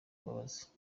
mbabazi